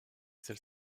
celle